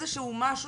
איזשהו משהו,